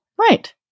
Right